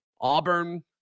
Auburn